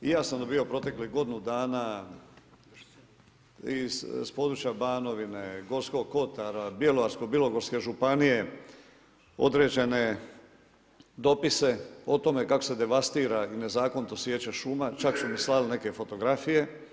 I ja sam dobivao proteklih godinu dana iz područja Banovine, Gorskog kotara, Bjelovarsko-bilogorske županije određene dopise o tome kako se devastira i nezakonito sječe šuma, čak su mi slali neke fotografije.